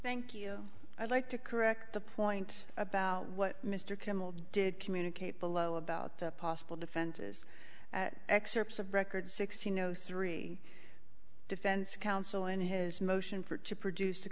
thank you i'd like to correct the point about what mr kimmel did communicate below about the possible defend his excerpts of record sixty no three defense counsel in his motion for to produce a